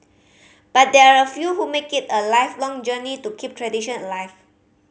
but there are a few who make it a lifelong journey to keep tradition alive